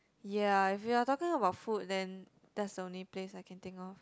ya if you are talking about food then that's the only place I can think of